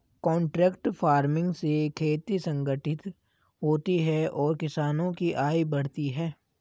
contract farming से खेती संगठित होती है और किसानों की आय बढ़ती है